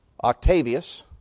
Octavius